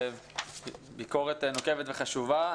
ביקורת נוקבת וחשובה.